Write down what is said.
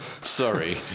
Sorry